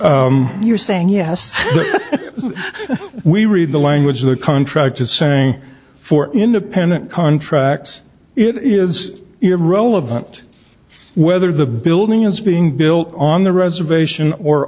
we you're saying yes we read the language of the contract is saying for independent contracts it is irrelevant whether the building is being built on the reservation or